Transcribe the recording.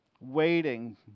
Waiting